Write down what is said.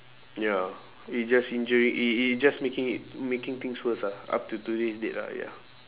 ya it just injury it it it just making it making things worse ah up till today's date lah ya